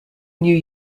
new